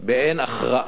באין הכרעה